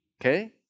okay